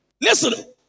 Listen